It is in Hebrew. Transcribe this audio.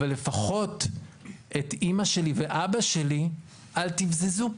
אבל לפחות את אימא שלי ואבא שלי אל תבזזו.